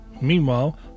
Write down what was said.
Meanwhile